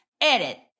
Edit